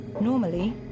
Normally